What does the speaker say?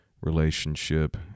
relationship